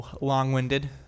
Long-Winded